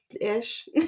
ish